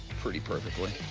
pretty perfectly.